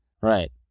right